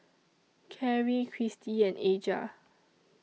Karri Cristy and Aja